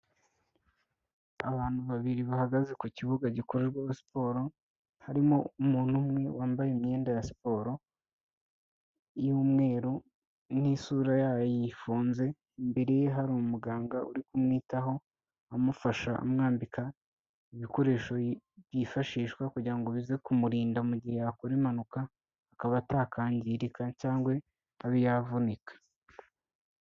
Abantu babiri bahagaze ku kibuga gikorerwaho sport. Harimo umuntu umwe wambaye imyenda ya siporo y'umweru n'isura yayo yifunze. Imbere ye hari umuganga uri kumwitaho amufasha amwambika ibikoresho byifashishwa kugira ngo bize kumurinda mu gihe yakora impanuka akaba atakangirika cyangwa abe yavunika.